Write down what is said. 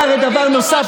אבל הרי קורה דבר נוסף,